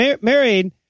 married